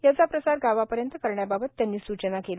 याचा प्रसार गावापर्यंत करण्याबाबत त्यांनी सुचना केल्या